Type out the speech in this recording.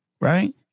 right